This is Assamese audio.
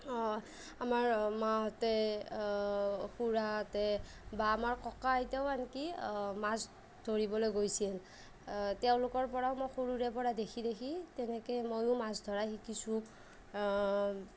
আমাৰ মাহঁতে খুড়াহঁতে বা আমৰ ককা আইতাও আনকি মাছ ধৰিবলৈ গৈছিল তেওঁলোকৰ পৰাও মই সৰুৰে পৰা দেখি দেখি তেনেকৈ মইও মাছ ধৰা শিকিছোঁ